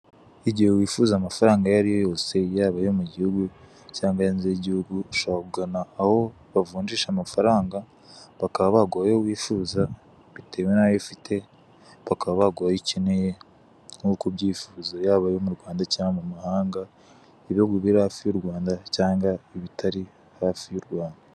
Igihe wifuza amafaranga yao ariyo yose yaba ayo mu gihugu cyangwa hanze y'igihu, ushobora kugana aho bavunjisha amafaranga bakaba baguha ayo wifuza bitewe n'ayo ufite bakaba baguha ayo ukeneye nkuko ubyifuzo yaba yo mu Rwanda cyangwa mu mahanga, ibihugu biri hafi y'u Rwanda cyangwa ibitari hafi y'u Rwanda.